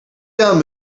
down